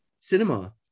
cinema